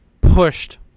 pushed